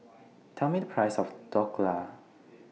Tell Me The Price of Dhokla